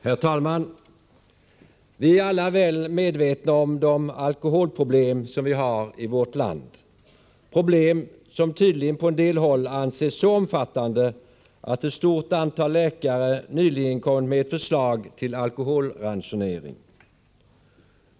Fru talman! Vi är alla väl medvetna om de alkoholproblem som vi har i vårt land. Det är problem som tydligen på en del håll anses så omfattande att ett stort antal läkare nyligen har kommit med ett förslag till alkoholransonering.